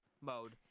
mode